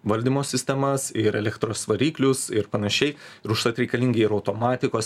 valdymo sistemas ir elektros variklius ir panašiai ir užtat reikalingi ir automatikos